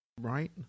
right